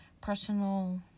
personal